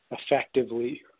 effectively